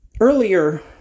Earlier